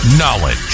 Knowledge